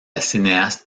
cinéaste